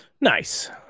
Nice